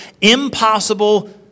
impossible